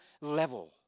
level